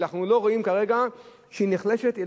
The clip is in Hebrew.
ואנחנו לא רואים כרגע שהיא נחלשת,